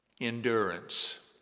Endurance